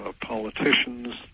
politicians